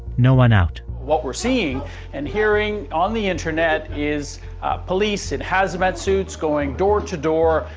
no one out what we're seeing and hearing on the internet is police in hazmat suits going door to door,